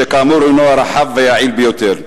שכאמור הינו הרחב והיעיל ביותר.